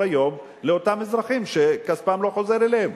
היום של אותם אזרחים שכספם לא חוזר אליהם.